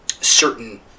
certain